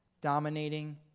dominating